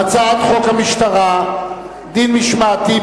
הצעת חוק המשטרה (דין משמעתי,